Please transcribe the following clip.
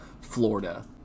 Florida